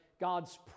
God's